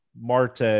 Marte